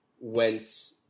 went